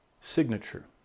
signature